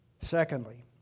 Secondly